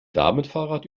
damenfahrrad